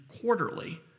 quarterly